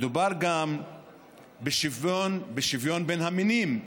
מדובר גם בשוויון בין המינים: